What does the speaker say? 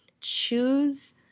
choose